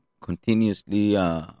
continuously